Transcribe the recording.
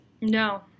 No